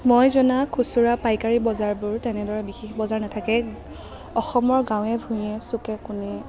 মই জনা খুচুৰা পাইকাৰী বজাৰবোৰ তেনেধৰণৰ বিশেষ বজাৰ নাথাকে অসমৰ গাঁৱে ভূঞে চুকে কোণে